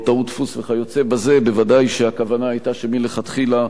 וודאי שהכוונה היתה שמלכתחילה הוא יחול